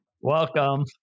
Welcome